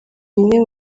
umwe